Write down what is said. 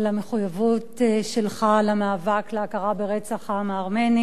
על המחויבות שלך למאבק על ההכרה ברצח העם הארמני